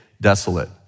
desolate